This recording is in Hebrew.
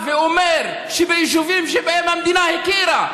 35 יישובים לא מוכרים בנגב.